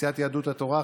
מסיעת יהדות התורה,